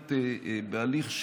חד-משמעית בהליך,